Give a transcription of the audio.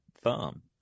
thumb